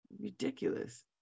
ridiculous